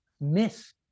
miss